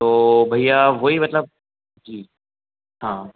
तो भैया वही मतलब जी हाँ